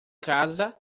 casa